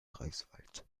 greifswald